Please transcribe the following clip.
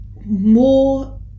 more